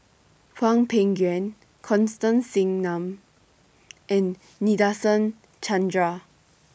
Hwang Peng Yuan Constance Singam and Nadasen Chandra